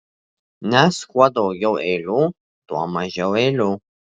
nes kuo daugiau eilių tuo mažiau eilių